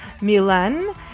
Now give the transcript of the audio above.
Milan